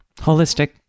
Holistic